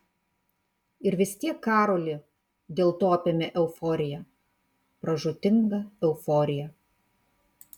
ir vis tiek karolį dėl to apėmė euforija pražūtinga euforija